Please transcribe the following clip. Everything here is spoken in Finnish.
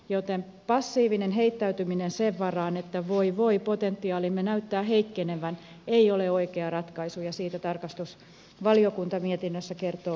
joten passiivinen heittäytyminen sen varaan että voi voi potentiaalimme näyttää heikkenevän ei ole oikea ratkaisu ja siitä tarkastusvaliokunta mietinnössä kertoo enemmän